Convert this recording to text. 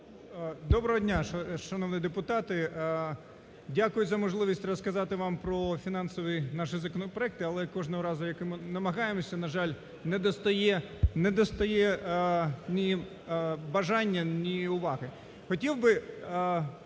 Доброго дня, шановні депутати! Дякую за можливість розказати вам про фінансові наші законопроекти. Але кожного разу як ми намагаємося, на жаль, не достає ні бажання, ні уваги.